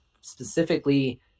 specifically